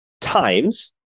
times